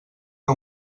que